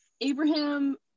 Abraham